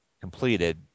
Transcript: completed